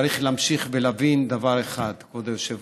צריך להמשיך, ולהבין דבר אחד, כבוד היושב-ראש: